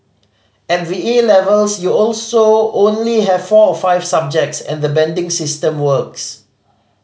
at the A levels you also only have four or five subjects and the banding system works